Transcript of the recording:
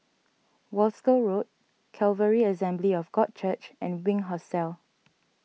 Wolskel Road Calvary Assembly of God Church and Wink Hostel